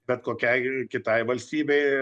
bet kokiai kitai valstybei